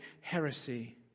heresy